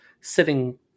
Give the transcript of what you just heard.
sitting